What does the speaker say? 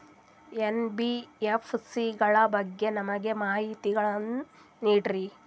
NBFC ಗಳ ಬಗ್ಗೆ ನಮಗೆ ಮಾಹಿತಿಗಳನ್ನ ನೀಡ್ರಿ?